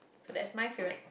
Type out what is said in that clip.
so that's my favourite